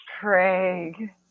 Craig